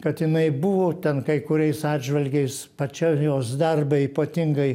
kad jinai buvo ten kai kuriais atžvilgiais pačioj jos darbe ypatingai